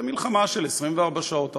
זו מלחמה של 24 שעות,